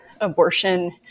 abortion